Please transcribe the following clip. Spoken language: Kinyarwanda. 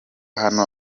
hano